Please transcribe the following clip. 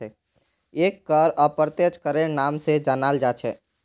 एक कर अप्रत्यक्ष करेर नाम स जानाल जा छेक